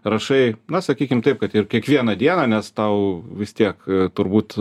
rašai na sakykim taip kad ir kiekvieną dieną nes tau vis tiek turbūt